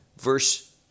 verse